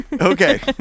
Okay